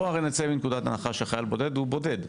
בואו נצא מנקודת הנחה שחייל בודד הוא בודד.